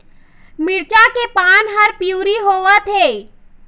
मिरचा के पान हर पिवरी होवथे?